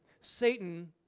Satan